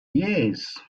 years